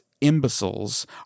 imbeciles